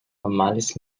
normales